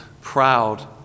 proud